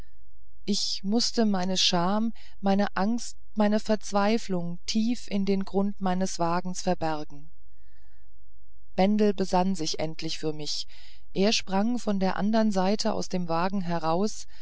ich mußte meine scham meine angst meine verzweiflung tief in den grund meines wagens verbergen bendel besann sich endlich für mich er sprang von der andern seite aus dem wagen heraus